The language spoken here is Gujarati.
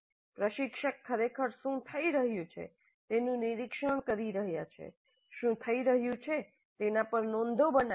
પ્રશિક્ષક ખરેખર શું થઈ રહ્યું છે તેનું નિરીક્ષણ કરી રહ્યા છે શું થઈ રહ્યું છે તેના પર નોંધો બનાવે છે